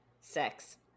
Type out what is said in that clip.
sex